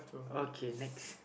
okay next